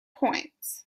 points